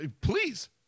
Please